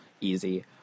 easy